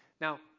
Now